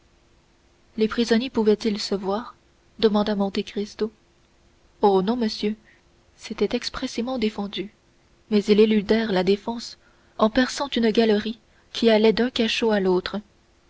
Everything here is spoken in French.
les prisonniers pouvaient-ils se voir demanda monte cristo oh non monsieur c'était expressément défendu mais ils éludèrent la défense en perçant une galerie qui allait d'un cachot à l'autre